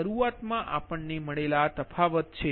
શરૂઆતમાં આપણને મળેલા આ તફાવત છે